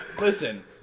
listen